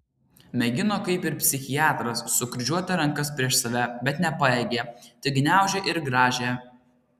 mėgino kaip ir psichiatras sukryžiuoti rankas prieš save bet nepajėgė tik gniaužė ir grąžė